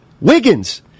Wiggins